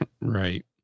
Right